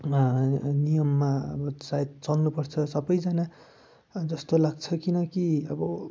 मा नियममा अब सायद चल्नुपर्छ सबैजना जस्तो लाग्छ किनकि अब